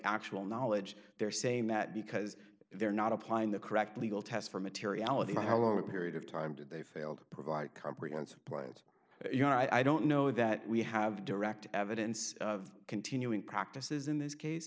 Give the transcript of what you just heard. actual knowledge they're saying that because they're not applying the correct legal test for materiality by how long a period of time did they fail to provide comprehensive put your i don't know that we have direct evidence of continuing practices in this case